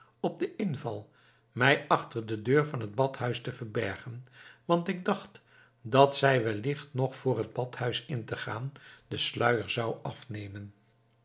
op den inval mij achter de deur van het badhuis te verbergen want ik dacht dat zij wellicht nog voor het badhuis in te gaan den sluier zou afnemen